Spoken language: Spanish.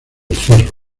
cerro